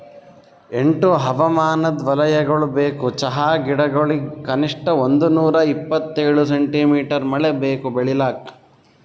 ಎಂಟು ಹವಾಮಾನದ್ ವಲಯಗೊಳ್ ಬೇಕು ಚಹಾ ಗಿಡಗೊಳಿಗ್ ಕನಿಷ್ಠ ಒಂದುನೂರ ಇಪ್ಪತ್ತೇಳು ಸೆಂಟಿಮೀಟರ್ ಮಳೆ ಬೇಕು ಬೆಳಿಲಾಕ್